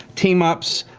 team-ups,